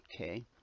Okay